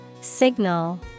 Signal